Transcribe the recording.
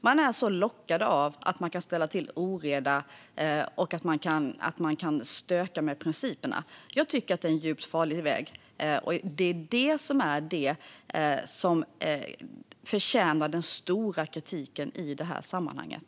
De är så lockade av att de kan ställa till oreda och stöka med principerna. Jag tycker att det är en djupt farlig väg, och det är det som förtjänar den stora kritiken i det här sammanhanget.